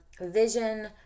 vision